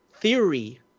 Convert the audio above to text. theory